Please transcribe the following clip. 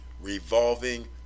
revolving